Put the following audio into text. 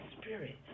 spirit